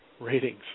ratings